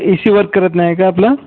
ए C work करत नाही का आपला